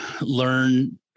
learn